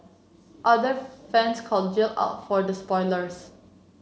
other fans called Jill out for the spoilers